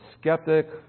skeptic